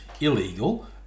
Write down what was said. illegal